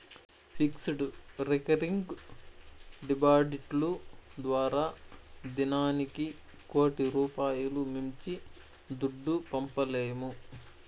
fixed, recurring డిపాడిట్లు ద్వారా దినానికి కోటి రూపాయిలు మించి దుడ్డు పంపలేము